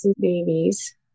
babies